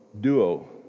duo